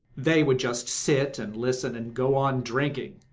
they would just sit and listen and go on drinking.